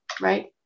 right